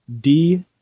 D-